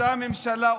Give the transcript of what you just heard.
אותה ממשלה,